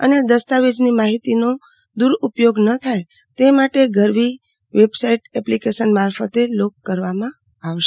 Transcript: અને દસ્તાવેજ ની માહિતીનો દુર ઉપયોગ ન થાય તે માટે ગરૂવી વેબ એપ્લીકેશન મારફત લોક કરવામાં આવશે